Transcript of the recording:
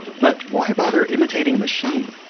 but why bother imitating a machine?